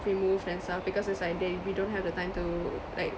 removed and stuff because it's like they we don't have the time to like